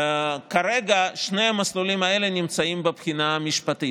כרגע שני המסלולים האלה נמצאים בבחינה משפטית.